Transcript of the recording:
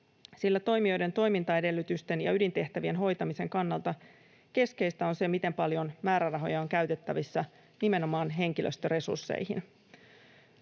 sillä toimijoiden toimintaedellytysten ja ydintehtävien hoitamisen kannalta keskeistä on, miten paljon määrärahoja on käytettävissä nimenomaan henkilöstöresursseihin.